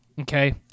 Okay